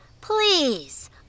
please